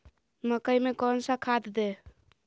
मकई में कौन सा खाद दे?